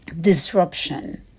disruption